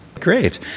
Great